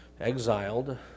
exiled